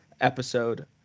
episode